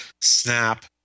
snap